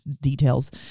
details